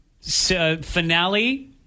finale